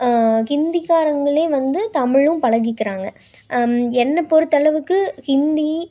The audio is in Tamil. இந்திக்காரங்களே வந்து தமிழும் பழகிக்கிறாங்க என்ன பொறுத்தளவுக்கு இந்தி